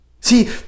see